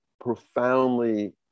profoundly